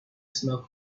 smoke